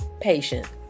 patient